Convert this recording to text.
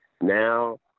now